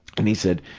and he said,